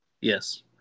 Yes